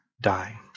die